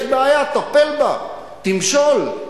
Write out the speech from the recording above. יש בעיה, טפל בה, תמשול,